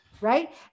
Right